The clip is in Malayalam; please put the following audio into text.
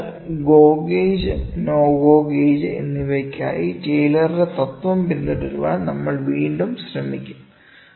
അതിനാൽ go gauge no go gauge എന്നിവയ്ക്കായി ടെയ്ലറുടെ തത്ത്വം പിന്തുടരാൻ നമ്മൾ വീണ്ടും ശ്രമിക്കും